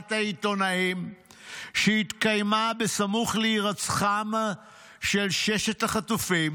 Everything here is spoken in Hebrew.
מסיבת העיתונאים שהתקיימה סמוך להירצחם של ששת החטופים,